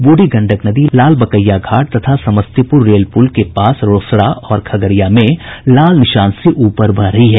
ब्रढ़ी गंडक नदी लालबकैया घाट तथा समस्तीपुर रेल पुल के पास रोसड़ा और खगड़िया में लाल निशान से ऊपर बह रही है